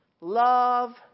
love